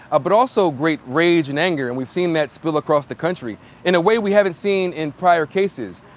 ah but also great rage and anger. and we've seen that spill across the country in a way we haven't seen in prior cases.